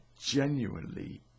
genuinely